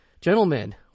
Gentlemen